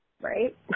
right